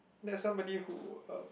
that's somebody who um